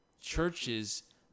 churches